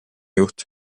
juht